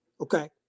Okay